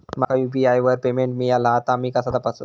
माका यू.पी.आय वर पेमेंट मिळाला हा ता मी कसा तपासू?